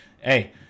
Hey